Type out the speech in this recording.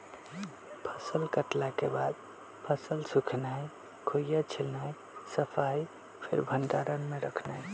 फसल कटला के बाद फसल सुखेनाई, खोइया छिलनाइ, सफाइ, फेर भण्डार में रखनाइ